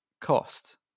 cost